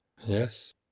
yes